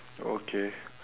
okay